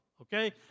okay